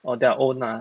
or their own ah